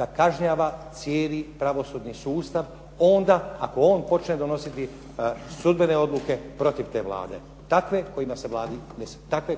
da kažnjava cijeli pravosudni sustav onda ako on počne donositi sudbene odluke protiv te Vlade takve